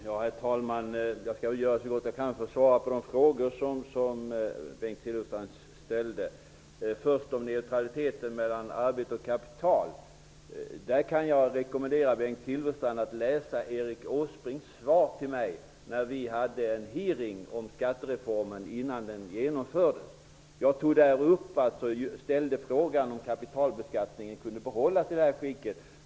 Herr talman! Jag skall göra så gott jag kan för att svara på de frågor som Bengt Silfverstrand ställde. Jag börjar med frågan om skatteneutraliteten mellan arbete och kapital. Jag rekommenderar Bengt Silfverstrand att läsa Erik Åsbrinks svar till mig vid en utfrågning om skattereformen innan den genomfördes. Jag ställde frågan om huruvida kapitalbeskattningen kunde behållas i detta skick.